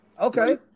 Okay